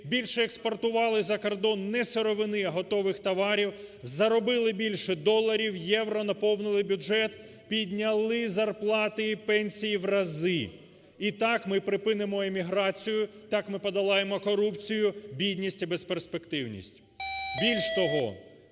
більше експортували за кордон не сировини, а готових товарів – заробили більше доларів, євро, наповнили бюджет, підняли зарплати і пенсії в разі. І так ми припинимо еміграцію, так ми подолаємо корупцію, бідність і безперспективність. Більш того,